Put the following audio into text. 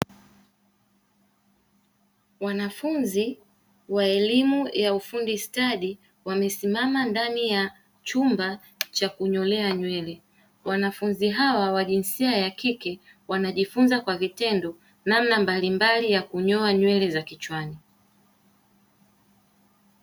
Wanafunzi wa elimu ya ufundi stadi wamesimama ndani ya chumba cha kunyolea nywele. Wanafunzi hawa wa jinsia ya kike wanajifunza kwa vitendo namna mbalimbali ya kunyoa nywele za kichwani.